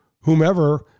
whomever